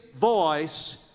voice